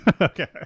Okay